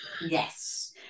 Yes